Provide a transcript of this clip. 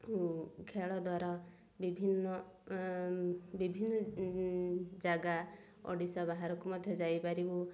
ଖେଳ ଦ୍ୱାରା ବିଭିନ୍ନ ବିଭିନ୍ନ ଜାଗା ଓଡ଼ିଶା ବାହାରକୁ ମଧ୍ୟ ଯାଇପାରିବୁ